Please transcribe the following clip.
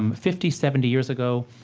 um fifty, seventy years ago,